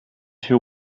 who